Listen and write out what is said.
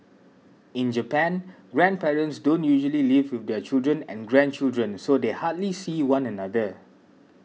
in Japan grandparents don't usually live with their children and grandchildren so they hardly see one another